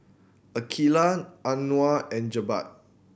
Aqeelah Anuar and Jebat